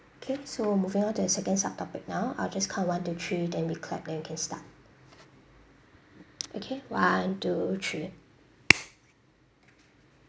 okay so moving on to the second sub topic now I'll just count one two three then we clap then we can start okay one two three